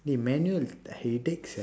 eh manual headache sia